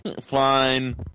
Fine